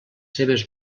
seves